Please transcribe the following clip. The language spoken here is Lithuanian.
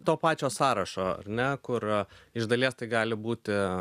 to pačio sąrašo ar ne kur iš dalies tai gali būti